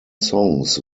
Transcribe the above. songs